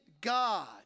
God